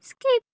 skip